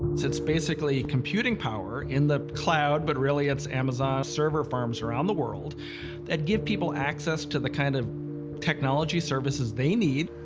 it's it's basically computing power in the cloud, but really it's amazon's server farms around the world that give people access to the kind of technology services they need.